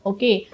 Okay